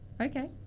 Okay